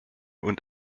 und